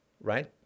right